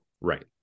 Right